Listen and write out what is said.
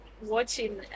watching